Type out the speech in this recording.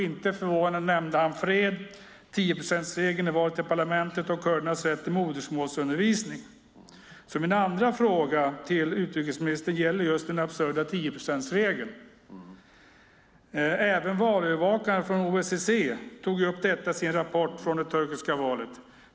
Inte förvånande nämnde han fred, 10-procentsregeln i valet till parlamentet och kurdernas rätt till modersmålsundervisning. Min andra fråga gäller alltså just den absurda 10-procentsregeln. Även valövervakarna från OSSE tog upp detta i sin rapport från det turkiska valet.